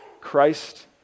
Christ